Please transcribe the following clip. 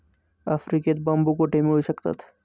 आफ्रिकेत बांबू कुठे मिळू शकतात?